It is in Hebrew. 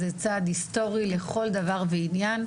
זה צעד היסטורי לכל דבר ועניין.